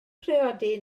priodi